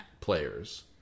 players